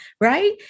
right